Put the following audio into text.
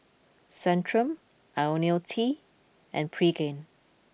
Centrum Ionil T and Pregain